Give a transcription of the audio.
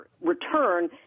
return